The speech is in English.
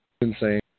insane